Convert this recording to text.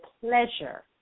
pleasure